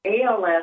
ALS